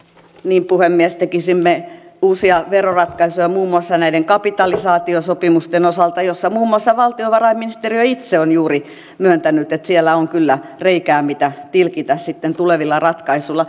niin puhemies tekisimme uusia veroratkaisuja muun muassa näiden kapitalisaatiosopimusten osalta joihin liittyen muun muassa valtiovarainministeriö itse on juuri myöntänyt että siellä on kyllä reikää mitä tilkitä sitten tulevilla ratkaisuilla